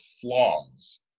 flaws